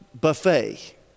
buffet